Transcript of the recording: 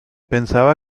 pensaba